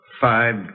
five